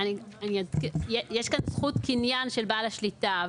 יש כאן זכות קניין של בעל השליטה,